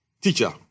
Teacher